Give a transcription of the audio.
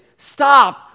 Stop